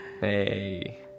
Hey